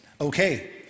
Okay